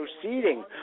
proceeding